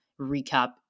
recap